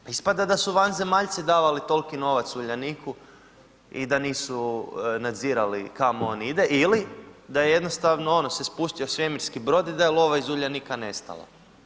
Pa ispada da su vanzemaljci davali toliko novac Uljaniku i da nisu nadzirali kamo on ide ili da je jednostavno ono se spustio svemirski brod i da je lova iz Uljanika nestala.